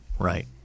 Right